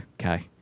Okay